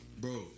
Bro